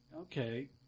okay